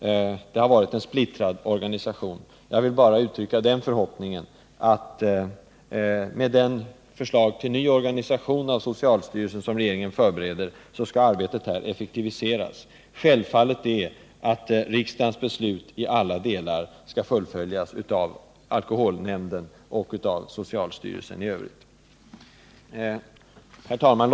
Det har varit en splittrad organisation. Jag vill bara uttrycka den förhoppningen att med ett förslag till ny organisation av socialstyrelsen som regeringen förbereder skall arbetet effektiviseras. Självklart är att riksdagens beslut i alla delar skall fullföljas av alkoholnämnden och socialstyrelsen i övrigt. Herr talman!